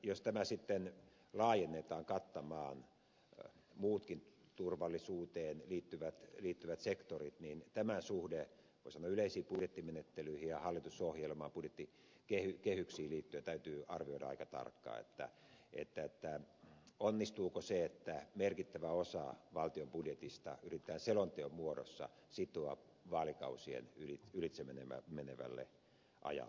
jos tämä sitten laajennetaan kattamaan muutkin turvallisuuteen liittyvät sektorit niin tämä suhde voi sanoa yleisiin budjettimenettelyihin ja hallitusohjelmaan budjettikehyksiin liittyen täytyy arvioida aika tarkkaan sen suhteen onnistuuko se että merkittävä osa valtion budjetista yritetään selonteon muodossa sitoa vaalikausien ylitse menevälle ajalle